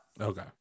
okay